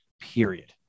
period